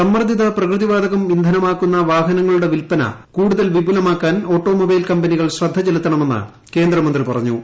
സമ്മർദിത പ്രകൃതിവാതകം ഇന്ധനമാക്കുന്ന വാഹനങ്ങളുടെ വിൽപ്പന കൂടുതൽ വിപുലമാക്കാൻ ഓട്ടോമൊബൈൽ കമ്പനികൾ ശ്രദ്ധ ചെലുത്തണമെന്ന് കേന്ദ്രമന്ത്രി പറഞ്ഞു